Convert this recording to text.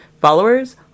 Followers